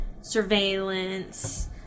surveillance